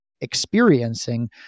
experiencing